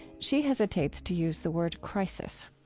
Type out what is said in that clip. she hesitates to use the word crisis.